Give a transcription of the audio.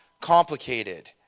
complicated